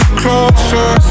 closer